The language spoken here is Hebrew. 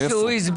מאיפה?